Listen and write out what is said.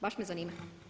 Baš me zanima?